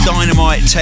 Dynamite